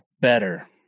better